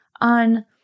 on